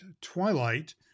twilight